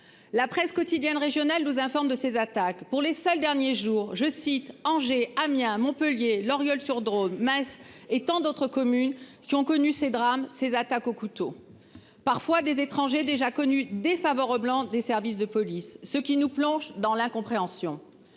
La presse quotidienne régionale nous informe de ces attaques. Pour les derniers jours, il faut citer Angers, Amiens, Montpellier, Loriol-sur-Drôme, Metz et tant d'autres communes qui ont connu ces drames. Ces attaques au couteau sont parfois le fait d'étrangers déjà connus défavorablement des services de police, ce qui nous plonge dans l'incompréhension.